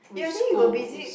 ya I think you're busy